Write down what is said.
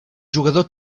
jugador